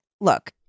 Look